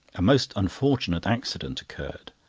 a most unfortunate accident occurred.